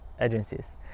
agencies